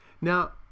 Now